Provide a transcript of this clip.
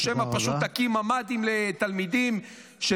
או שמא פשוט תקים ממ"דים לתלמידים -- תודה רבה.